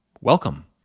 Welcome